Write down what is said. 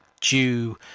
due